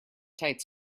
tight